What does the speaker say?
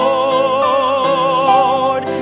Lord